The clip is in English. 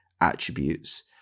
attributes